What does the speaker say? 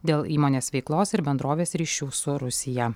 dėl įmonės veiklos ir bendrovės ryšių su rusija